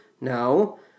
No